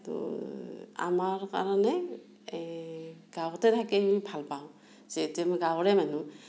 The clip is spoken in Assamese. তো আমাৰ কাৰণে এই গাঁৱতে থাকি আমি ভাল পাওঁ যিহেতু আমি গাঁৱৰে মানুহ